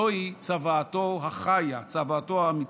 זוהי צוואתו החיה, צוואתו האמיתית.